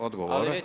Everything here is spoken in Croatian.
Odgovor